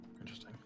Interesting